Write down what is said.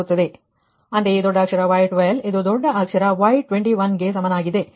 ಅಂತೆಯೇ ದೊಡ್ಡ ಅಕ್ಷರ Y12 ಇದು ದೊಡ್ಡ ಅಕ್ಷರ Y21 ಗೆ ಸಮನಾಗಿದೆ